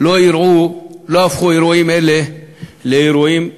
לא הפכו לאירועים רבי-נפגעים.